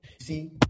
see